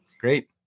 Great